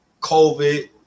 COVID